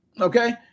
Okay